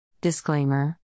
Disclaimer